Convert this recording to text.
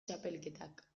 txapelketak